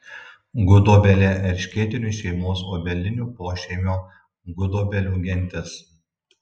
gudobelė erškėtinių šeimos obelinių pošeimio gudobelių gentis